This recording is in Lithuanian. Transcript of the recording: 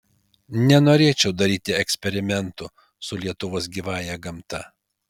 nenorėčiau daryti eksperimentų su lietuvos gyvąja gamta